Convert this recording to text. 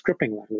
language